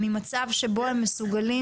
בני הנוער האלה לא יוכלו להיות מסוגלים